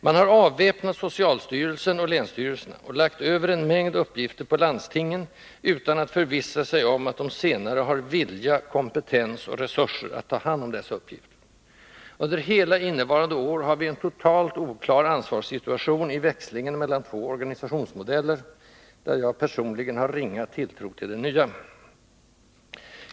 Man har avväpnat socialstyrelsen och länsstyrelserna och lagt över en mängd uppgifter på landstingen utan att förvissa sig om att de senare har vilja, kompetens och resurser att ta hand om dessa uppgifter. Under hela innevarande år har vi en totalt oklar ansvarssituation i växlingen mellan två organisationsmodeller, där jag personligen har ringa tilltro till den nya.